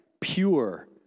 Pure